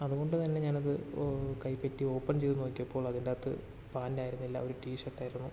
അതുകൊണ്ട് തന്നെ ഞാൻ അത് കൈപ്പറ്റി ഓപ്പൺ ചെയ്ത് നോക്കിയപ്പോൾ അതിൻ്റെ അകത്ത് പാന്റ് ആയിരുന്നില്ല ഒരു ടീഷർട്ട് ആയിരുന്നു